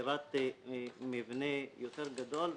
לשכירת מבנה יותר גדול.